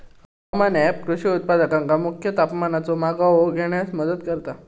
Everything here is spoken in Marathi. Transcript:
हवामान ऍप कृषी उत्पादकांका मुख्य तापमानाचो मागोवो घेण्यास मदत करता